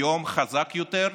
היום חזק יותר,